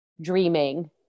dreaming